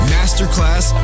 Masterclass